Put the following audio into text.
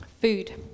Food